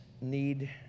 need